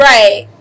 Right